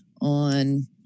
on